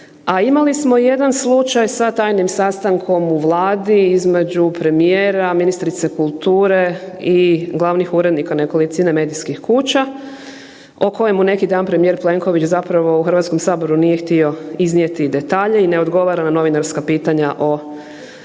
a imali smo jedan slučaj sa tajnim sastankom u Vladi između premijera, ministrice kulture i glavnih urednika nekolicine medijskih kuća o kojemu neki dan premijer Plenković zapravo u Hrvatskom saboru nije htio iznijeti detalje i ne odgovara na novinarska pitanja o tom